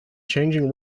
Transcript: changing